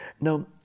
Now